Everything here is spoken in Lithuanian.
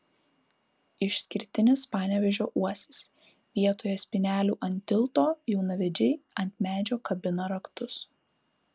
išskirtinis panevėžio uosis vietoje spynelių ant tilto jaunavedžiai ant medžio kabina raktus